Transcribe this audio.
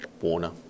Warner